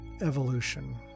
evolution